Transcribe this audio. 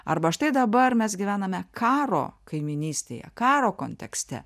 arba štai dabar mes gyvename karo kaimynystėje karo kontekste